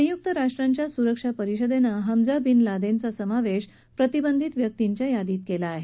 संयुक्त राष्ट्रांच्या सुरक्षा परिषदेनं हमजा बिन लादेनचा समावेश प्रतिबंधित व्यक्तींच्या यादीत केला आहे